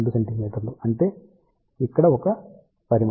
మీ అంటే ఇక్కడ ఒక పరిమాణం